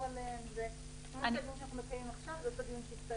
ואסביר אותו מיד.